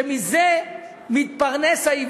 שמזה העיוור מתפרנס.